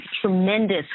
tremendous